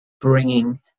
bringing